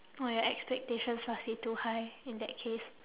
!wah! your expectations must be too high in that case